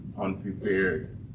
unprepared